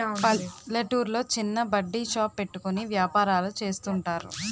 పల్లెటూర్లో చిన్న బడ్డీ షాప్ పెట్టుకుని వ్యాపారాలు చేస్తుంటారు